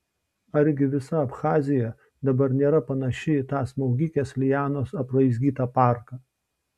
argi visa abchazija dabar nėra panaši į tą smaugikės lianos apraizgytą parką